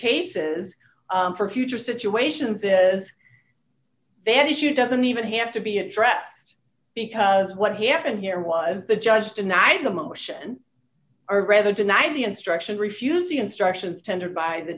cases for future situations is their issue doesn't even have to be addressed because what happened here was the judge denied the motion or rather deny the instruction refusing instructions tendered by the